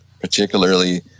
particularly